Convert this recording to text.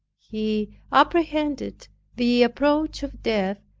he apprehended the approach of death,